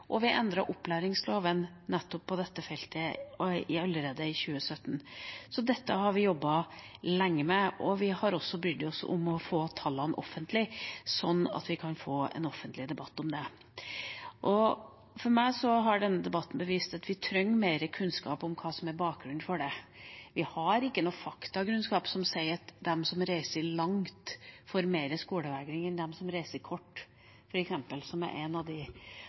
Vi endret også opplæringsloven nettopp på dette feltet allerede i 2017. Så dette har vi jobbet lenge med. Vi har også brydd oss med å få gjort tallene offentlig, så vi kan få en offentlig debatt om dette. For meg har denne debatten bevist at vi trenger mer kunnskap om hva som er bakgrunnen for det. Vi har f.eks. ikke noe faktakunnskap som tilsier at de som reiser langt, får mer skolevegring enn dem som reiser kort, som er en av de